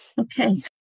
Okay